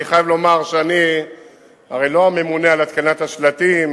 אני חייב לומר שהרי אני לא הממונה על התקנת השלטים.